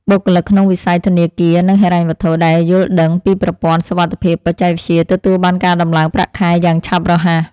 បុគ្គលិកក្នុងវិស័យធនាគារនិងហិរញ្ញវត្ថុ ដែលយល់ដឹងពីប្រព័ន្ធសុវត្ថិភាពបច្ចេកវិទ្យាទទួលបានការដំឡើងប្រាក់ខែយ៉ាងឆាប់រហ័ស។